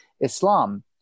Islam